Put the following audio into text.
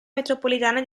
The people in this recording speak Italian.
metropolitana